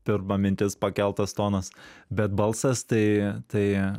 pirma mintis pakeltas tonas bet balsas tai tai